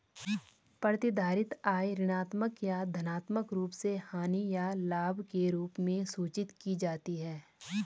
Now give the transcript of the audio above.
प्रतिधारित आय ऋणात्मक या धनात्मक रूप से हानि या लाभ के रूप में सूचित की जाती है